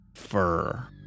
Fur